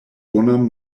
bonan